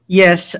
yes